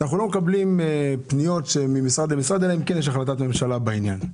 אנחנו לא מקבלים פניות ממשרד למשרד אלא אם כן יש החלטת ממשלה בעניין.